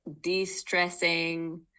de-stressing